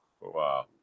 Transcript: wow